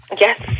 yes